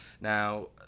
Now